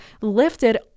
lifted